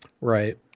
Right